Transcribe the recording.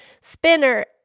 spinner